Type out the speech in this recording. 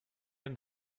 and